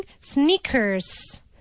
sneakers